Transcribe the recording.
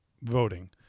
voting